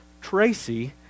Tracy